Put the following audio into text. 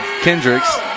Kendricks